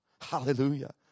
Hallelujah